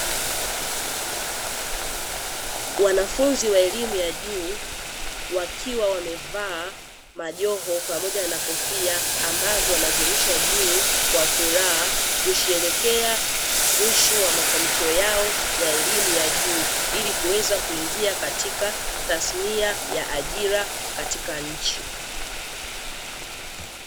Wanafunzi wa elimu ya juu wakiwa wamevaa majoho pamoja na kofia ambazo wanazirusha juu kwa furaha, kusherehekea mwisho wa mafanikio yao ya elimu ya juu ili kuweza kuingia katika tasnia ya ajira katika nchi.